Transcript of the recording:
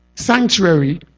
sanctuary